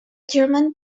german